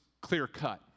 clear-cut